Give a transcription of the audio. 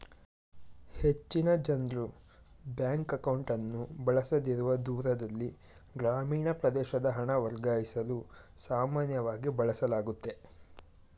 ಹೆಚ್ಚಿನ ಜನ್ರು ಬ್ಯಾಂಕ್ ಅಕೌಂಟ್ಅನ್ನು ಬಳಸದಿರುವ ದೂರದಲ್ಲಿ ಗ್ರಾಮೀಣ ಪ್ರದೇಶದ ಹಣ ವರ್ಗಾಯಿಸಲು ಸಾಮಾನ್ಯವಾಗಿ ಬಳಸಲಾಗುತ್ತೆ